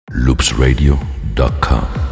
loopsradio.com